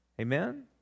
Amen